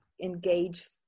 engage